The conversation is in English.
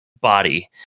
body